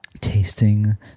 tasting